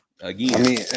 again